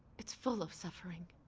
it's full of suffering.